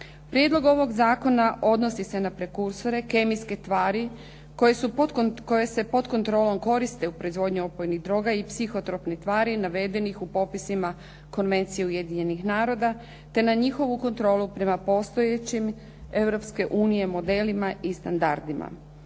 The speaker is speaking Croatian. Prijedlog ovog zakona odnosi se na prekursore, kemijske tvari koje se pod kontrolom koriste u proizvodnji opojnih droga i psihotropnih tvari navedenih u popisima Konvencije Ujedinjenih naroda, te na njihovu kontrolu prema postojećim Europske unije, modelima i standardima.